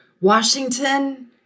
Washington